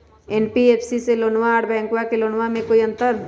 NBFC से लोनमा आर बैंकबा से लोनमा ले बे में कोइ अंतर?